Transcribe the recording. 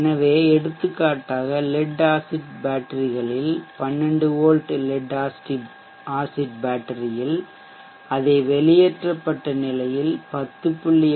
எனவே எடுத்துக்காட்டாக lead acid பேட்டரிகளில் 12 வோல்ட் லெட் ஆசிட் பேட்டரியில் அதை வெளியேற்றப்பட்ட நிலையில் 10